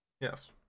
Yes